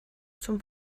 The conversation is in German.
zum